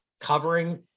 covering –